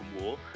War